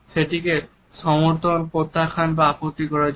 সেটিকে সমর্থন প্রত্যাখ্যান বা আপত্তি করার জন্য